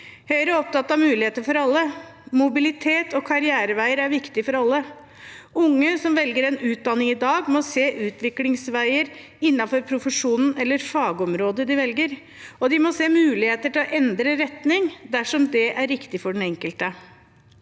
Høyre er opptatt av muligheter for alle. Mobilitet og karriereveier er viktig for alle. Unge som velger en utdanning i dag, må se utviklingsveier innenfor profesjonen eller fagområdet de velger, og de må se muligheter til å endre retning dersom det er riktig for den enkelte.